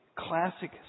classic